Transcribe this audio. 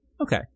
Okay